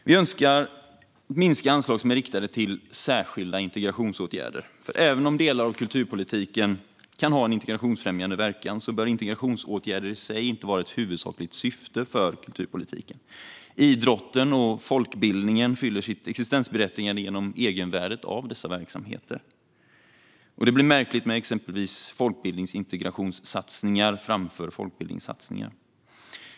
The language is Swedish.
Vi minskar anslag som är riktade till särskilda integrationsåtgärder, för även om delar av kulturpolitiken kan ha en integrationsfrämjande verkan bör integrationsåtgärder i sig inte vara ett huvudsakligt syfte för kulturpolitiken. Idrotten och folkbildningen fyller sitt existensberättigande genom egenvärdet av dessa verksamheter, och det blir märkligt med exempelvis folkbildningsintegrationssatsningar framför folkbildningssatsningar.